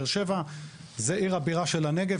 באר שבע היא עיר הבירה של הנגב,